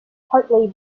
partly